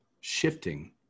shifting